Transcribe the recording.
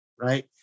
right